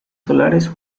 solares